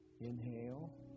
Inhale